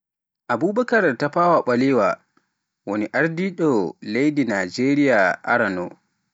Abubakar Tafawa Balewa woni ardido leydi Najeriya arano.